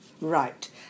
Right